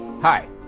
Hi